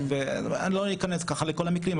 לא ניכנס לכל המקרים,